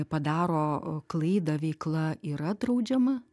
padaro klaidą veikla yra draudžiama